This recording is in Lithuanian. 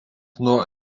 nuo